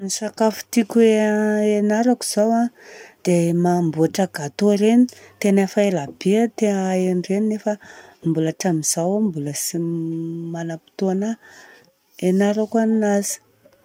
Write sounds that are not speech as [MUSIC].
Ny sakafo tiako hianarako izao an, dia mamboatra gateau reny. Tena efa elabe aho te hahay an'ireny nefa, mbola hatramizao aho, mbola tsy [HESITATION] manam-potoana hianarako anazy.